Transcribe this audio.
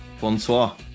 Bonsoir